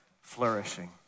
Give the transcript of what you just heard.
Flourishing